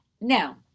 Now